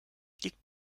liegt